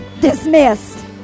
dismissed